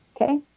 Okay